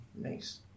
Nice